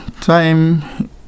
time